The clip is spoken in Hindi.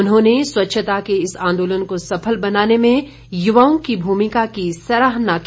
उन्होंने स्वच्छता के इस आंदोलन को सफल बनाने में युवाओं की भूमिका की सराहना की